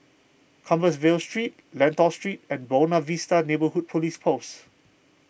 Compassvale Street Lentor Street and Buona Vista Neighbourhood Police Post